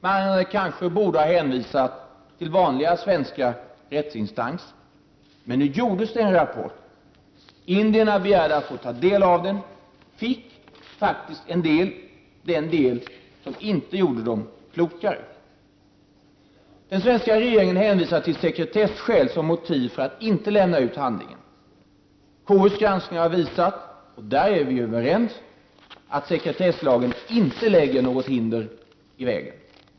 Regeringen borde kanske ha hänvisat till vanliga svenska rättsinstanser. Men nu gjordes det en rapport. Indierna begärde att få ta del av den. De fick faktiskt en del, den del som inte gjorde dem klokare. Den svenska regeringen hänvisade till sekretesskäl som motiv för att inte lämna ut handlingen. KUs granskning har visat — och där är vi överens — att sekretesslagen inte lägger något hinder i vägen.